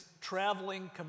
traveling